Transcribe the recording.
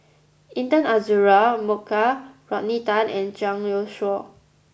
Intan Azura Mokhtar Rodney Tan and Zhang Youshuo